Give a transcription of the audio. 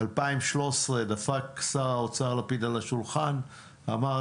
ב-2013 דפק שר האוצר לפיד על השולחן ואמר,